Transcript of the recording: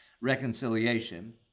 reconciliation